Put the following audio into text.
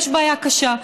יש בעיה קשה.